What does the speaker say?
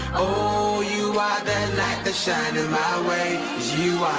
oh you are there like the shine in my way you